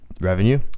revenue